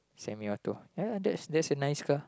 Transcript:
semi auto ya that's that's a nice car